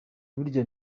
burya